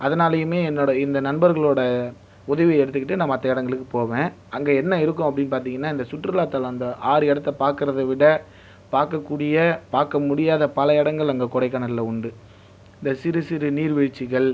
அதனாலேயுமே என்னோடய இந்த நண்பர்களோடய உதவியை எடுத்துக்கிட்டு நான் மற்ற இடங்களுக்குப் போவேன் அங்கே என்ன இருக்கும் அப்படின்னு பார்த்தீங்கன்னா இந்தச் சுற்றுலா தளம் அந்த ஆறு இடத்த பார்க்குறத விட பார்க்கக்கூடிய பார்க்க முடியாத பல இடங்கள் அங்கே கொடைக்கானலில் உண்டு இந்தச் சிறு சிறு நீர்வீழ்ச்சிகள்